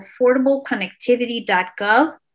affordableconnectivity.gov